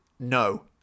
No